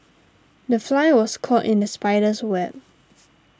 the fly was caught in the spider's web